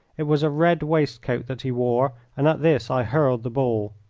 it was a red waistcoat that he wore, and at this i hurled the ball.